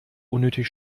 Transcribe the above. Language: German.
unnötig